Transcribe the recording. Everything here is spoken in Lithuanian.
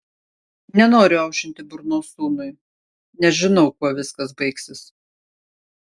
nenoriu aušinti burnos sūnui nes žinau kuo viskas baigsis